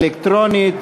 אלקטרונית.